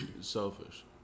selfish